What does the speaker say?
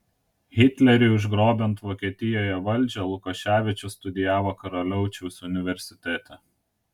hitleriui užgrobiant vokietijoje valdžią lukoševičius studijavo karaliaučiaus universitete